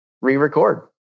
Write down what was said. re-record